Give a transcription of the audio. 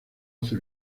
hace